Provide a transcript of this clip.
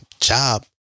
job